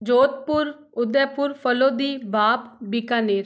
Jodhpur Udaipur Phalodi Bap Bikaner